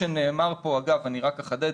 אגב, אני רק אחדד.